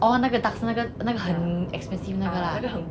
oh 那个 duxton 那个很 expensive 那个 lah